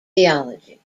theology